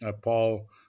Paul